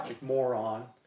moron